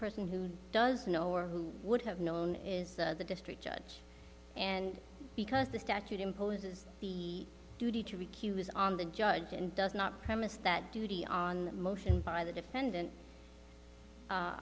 person who does know or who would have known is the district judge and because the statute imposes the duty to recuse on the judge and does not premise that duty on motion by the defendant